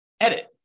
edit